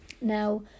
now